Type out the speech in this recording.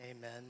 Amen